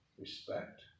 respect